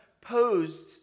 posed